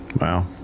Wow